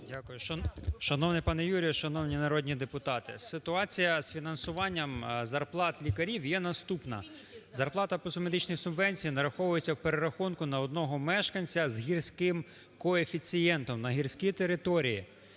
Дякую. Шановний пане Юрію, шановні народні депутати, ситуація з фінансуванням зарплат лікарів є наступна. Зарплата по медичній субвенції нараховується в перерахунку на одного мешканця з гірським коефіцієнтом на гірській території